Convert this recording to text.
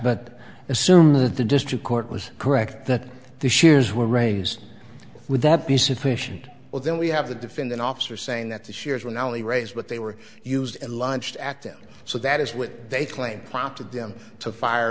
but assuming that the district court was correct that the shares were raised would that be sufficient well then we have the defendant officer saying that the shares were not only raised but they were used and launched at them so that is what they claim prompted them to fire